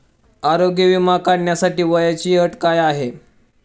आरोग्य विमा काढण्यासाठी वयाची अट काय आहे?